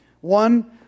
One